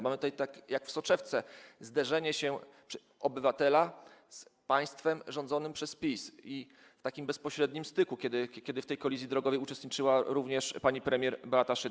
Mamy tutaj jak w soczewce zderzenie się obywatela z państwem rządzonym przez PiS, i to w takim bezpośrednim styku, kiedy w tej kolizji drogowej uczestniczyła również pani premier Beata Szydło.